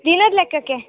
ದಿನದ ಲೆಕ್ಕಕ್ಕೆ